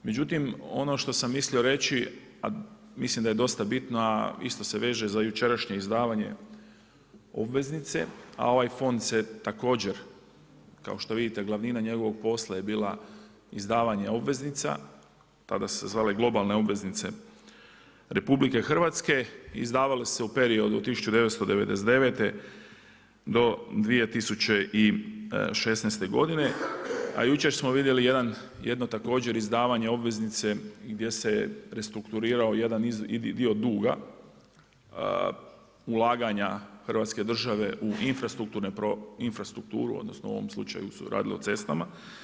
Međutim ono što sam mislio reći a mislim da je dosta bitno a isto se veže za jučerašnje izdavanje obveznice, a ovaj fond se također kao što vidite, glavnina njegovog posla je bila izdavanje obveznica, tada su se zvale i globalne obveznice RH, izdavale su se u periodu od 1999. do 2016. godine, a jučer smo vidjeli jedno također izdavanje obveznice gdje se restrukturirao jedan dio duga, ulaganja hrvatske države u infrastrukturu odnosno u ovom slučaju se radilo o cestama.